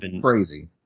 crazy